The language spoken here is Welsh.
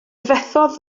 fethodd